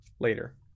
later